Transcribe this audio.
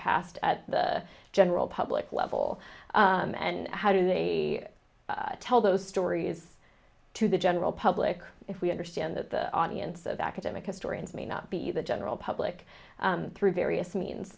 at the general public level and how do they tell those stories to the general public if we understand that the audience of academic historians may not be the general public through various means